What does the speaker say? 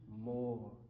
more